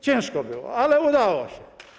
Ciężko było, ale udało się.